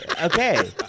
Okay